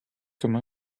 comme